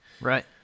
Right